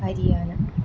Haryana